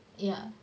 ya